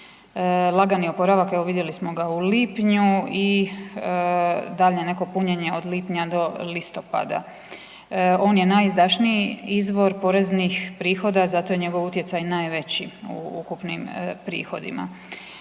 vidjeli smo ga u lipnju i dalje neko punjenje od lipnja do listopada. On je najizdašniji izvor poreznih prihoda, zato je njegov utjecaj najveći u ukupnim prihodima.